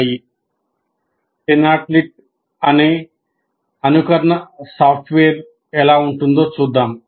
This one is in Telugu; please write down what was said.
TINATIit లో అనుకరణ ఎలా ఉంటుందో చూద్దాం